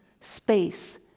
space